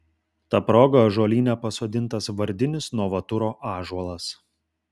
ta proga ąžuolyne pasodintas vardinis novaturo ąžuolas